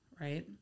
Right